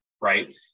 right